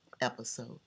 episode